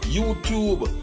YouTube